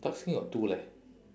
dark skin got two leh